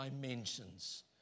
dimensions